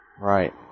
Right